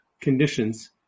conditions